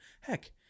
heck